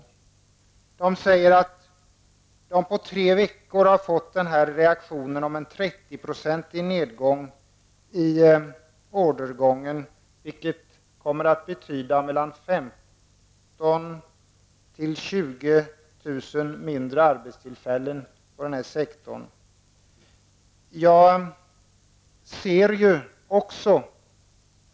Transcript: Småhusfabrikanterna säger att de på tre veckor känner av en 30-procentig nedgång i orderingången, vilket kommer att betyda att mellan 15 000 och 20 000 arbetstillfällen försvinner inom denna sektor.